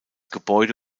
gebäude